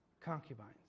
Concubines